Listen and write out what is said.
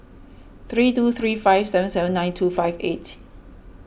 three two three five seven seven nine two five eight